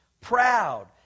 proud